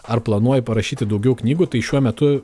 ar planuoji parašyti daugiau knygų tai šiuo metu